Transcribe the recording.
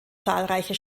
zahlreiche